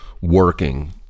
working